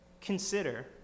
consider